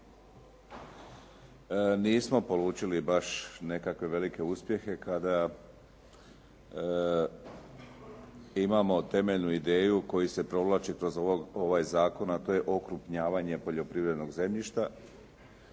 Nismo polučili baš nekakve velike uspjehe kada imamo temeljnu ideju koja se provlači kroz ovaj zakon, a to je okrupnjavanje poljoprivrednog zemljišta.